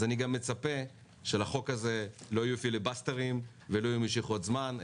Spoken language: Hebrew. אז אני גם מצפה שלחוק הזה לא יהיו פיליבסטרים ולא יהיו משיכות זמן,